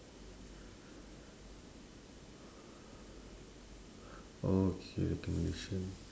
okay recommendation